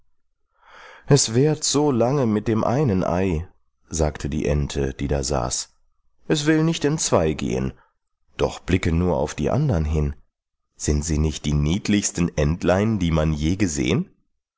es währt so lange mit dem einen ei sagte die ente die da saß es will nicht entzwei gehen doch blicke nur auf die andern hin sind sie nicht die niedlichsten entlein die man je gesehen